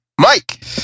Mike